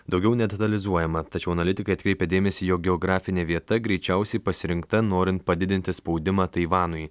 daugiau nedetalizuojama tačiau analitikai atkreipia dėmesį jog geografinė vieta greičiausiai pasirinkta norint padidinti spaudimą taivanui